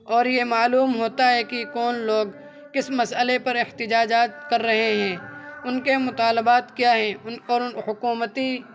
اور یہ معلوم ہوتا ہے کہ کون لوگ کس مسئلے پر احتجاجات کر رہے ہیں ان کے مطالبات کیا ہیں ان اور ان حکومتی